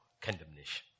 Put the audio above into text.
condemnation